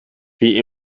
wie